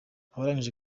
abarangije